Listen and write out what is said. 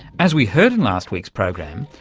as we heard in last week's program,